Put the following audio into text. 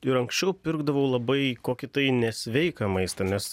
ir anksčiau pirkdavau labai kokį tai nesveiką maistą nes